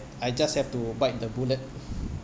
I just have to bite the bullet